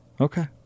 Okay